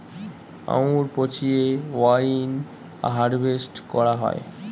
আঙ্গুর পচিয়ে wine harvest করা হয়